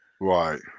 Right